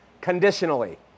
conditionally